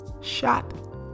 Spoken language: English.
shot